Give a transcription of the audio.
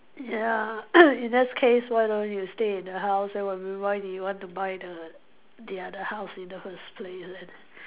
ya in this case why don't you stay in the house I mean why do you want to buy the the other house in the first place leh